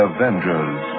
Avengers